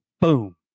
boom